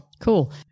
Cool